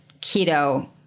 keto